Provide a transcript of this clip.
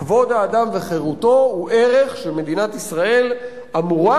כבוד האדם וחירותו הוא ערך שמדינת ישראל אמורה